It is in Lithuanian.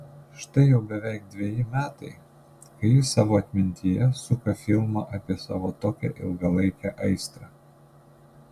štai jau beveik dveji metai kai ji savo atmintyje suka filmą apie savo tokią ilgalaikę aistrą